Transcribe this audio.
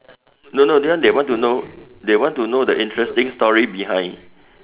no no this one they want to know they want to know the interesting story behind